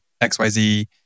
XYZ